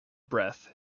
breath